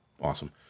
awesome